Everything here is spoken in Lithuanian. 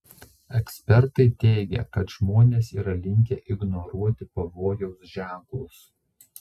ekspertai teigia kad žmonės yra linkę ignoruoti pavojaus ženklus